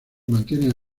mantienen